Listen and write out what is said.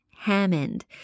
Hammond